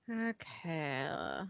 okay